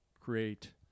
create